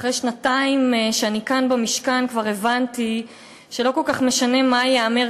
אחרי שנתיים שאני כאן במשכן כבר הבנתי שלא כל כך משנה מה ייאמר